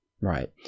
Right